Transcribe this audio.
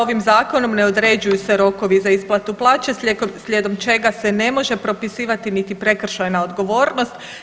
Ovim zakonom ne određuju s rokovi za isplatu plaće slijedom čega se ne može propisivati niti prekršajna odgovornost.